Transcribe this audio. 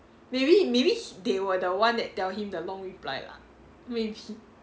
maybe maybe he they were the one that tell him the long reply lah maybe